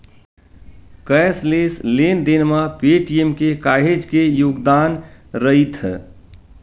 cashless लेन देन म पेटीएम के काहेच के योगदान रईथ